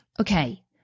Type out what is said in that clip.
okay